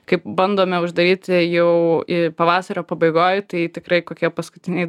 kaip bandome uždaryti jau pavasario pabaigoj tai tikrai kokie paskutiniai